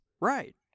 Right